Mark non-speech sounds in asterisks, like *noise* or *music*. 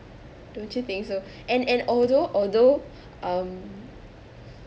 don't you think so *breath* and and although although um